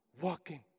walking